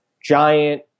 giant